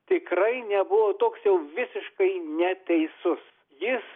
tikrai nebuvo toks jau visiškai neteisus jis